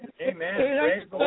Amen